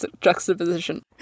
juxtaposition